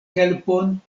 helpon